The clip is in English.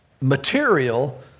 material